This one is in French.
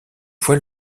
fois